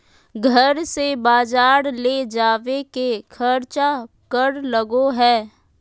घर से बजार ले जावे के खर्चा कर लगो है?